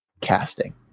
casting